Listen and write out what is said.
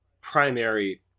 primary